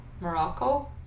Morocco